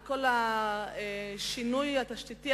על כל השינוי התשתיתי,